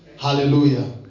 Hallelujah